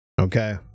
Okay